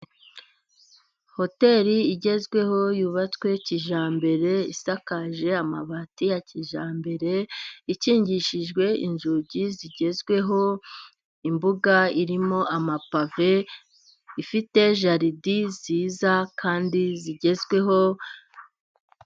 Hoteri igezweho yubatswe kijyambere，isakaje amabati ya kijyambere，ikingishijwe inzugi zigezweho， imbuga irimo amapave，ifite jaridi nziza kandi zigezweho.